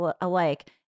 alike